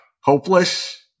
hopeless